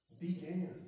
began